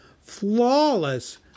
flawless